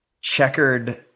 checkered